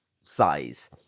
size